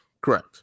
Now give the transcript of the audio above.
Correct